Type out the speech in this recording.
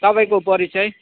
तपाईँको परिचय